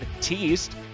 teased